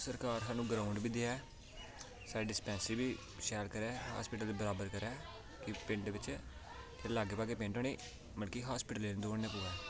की सरकार सानूं ग्राऊंड बी देऐ साढ़ी डिस्पैंसरी बी शैल करै साढ़े हॉस्पिटल दे बराबर करै की पिंड बिच लागै पिंड न उनेंगी बल्के हॉस्पिटल गी निं दौड़ना पवै एह् चाह्न्ने आं अस